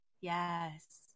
yes